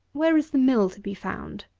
where is the mill to be found?